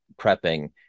prepping